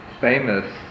famous